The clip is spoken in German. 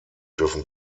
dürfen